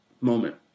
moment